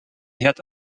herd